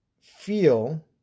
feel